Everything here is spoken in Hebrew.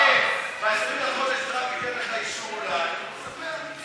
ב-20 בחודש זה רק ייתן לך אישור אולי, תספח.